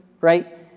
right